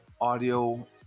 audio